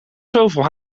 zoveel